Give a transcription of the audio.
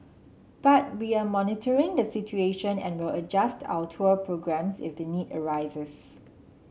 but we are monitoring the situation and will adjust our tour programmes if the need arises